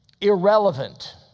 irrelevant